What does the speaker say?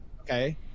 okay